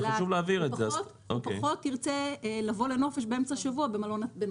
הוא פחות ירצה לבוא לנופש באמצע שבוע במלון בנצרת.